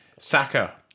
Saka